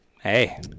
hey